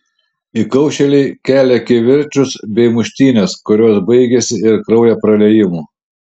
įkaušėliai kelia kivirčus bei muštynes kurios baigiasi ir kraujo praliejimu